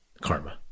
karma